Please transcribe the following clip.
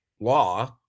law